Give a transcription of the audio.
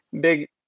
big